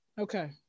okay